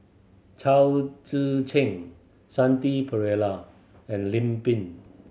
Chao Tzee Cheng Shanti Pereira and Lim Pin